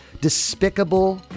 Despicable